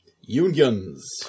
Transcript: Unions